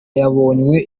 yabonywe